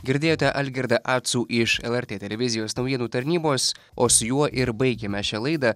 girdėjote algirdą acų iš lrt televizijos naujienų tarnybos o su juo ir baigiame šią laidą